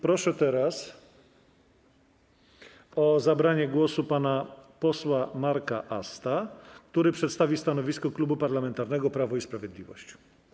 Proszę o zabranie głosu pana posła Marka Asta, który przedstawi stanowisko Klubu Parlamentarnego Prawo i Sprawiedliwość.